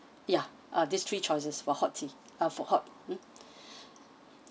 ya uh these three choices for hot tea uh for hot mm